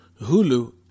Hulu